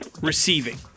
receiving